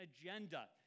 agenda